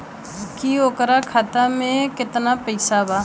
की ओकरा खाता मे कितना पैसा बा?